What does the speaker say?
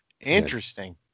Interesting